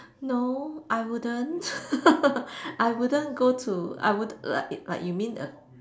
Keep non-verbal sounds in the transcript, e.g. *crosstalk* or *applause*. no I wouldn't *laughs* I wouldn't go to I wouldn't like you mean a